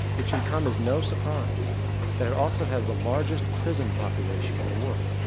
it shall come as no surprise that it also has the largest prison population in the world.